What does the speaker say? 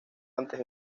antes